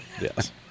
Yes